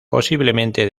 posiblemente